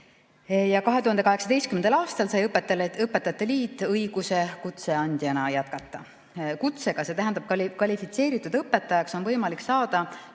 2018. aastal sai õpetajate liit õiguse kutse andjana jätkata. Kutsega ehk kvalifitseeritud õpetajaks on võimalik saada